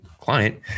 client